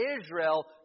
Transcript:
Israel